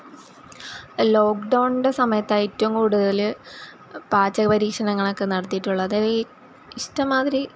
ലോക്ക്ഡൗൺന്റെ സമയത്താണ് ഏറ്റവും കൂടുതല് പാചക പരീക്ഷണങ്ങളൊക്കെ നടത്തിയിട്ടുള്ളത് ഇ ഇഷ്ടം മാതിരി